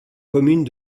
communes